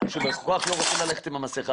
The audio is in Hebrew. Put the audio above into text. שהאדם הוא עבריין ובכוונה הוא לא רוצה ללכת עם מסכה.